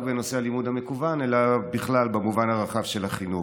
בנושא הלימוד המקוון אלא בכלל במובן הרחב של החינוך.